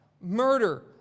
murder